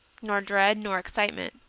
nor dread nor excite ment.